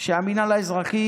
המינהל האזרחי,